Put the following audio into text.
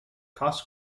cross